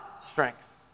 strength